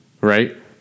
right